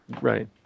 right